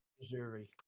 missouri